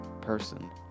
person